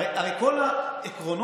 הרי כל העקרונות